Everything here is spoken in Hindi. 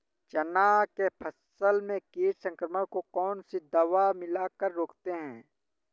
चना के फसल में कीट संक्रमण को कौन सी दवा मिला कर रोकते हैं?